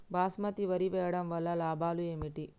బాస్మతి వరి వేయటం వల్ల లాభాలు ఏమిటి?